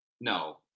No